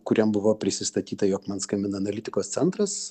kuriam buvo prisistatyta jog man skambina analitikos centras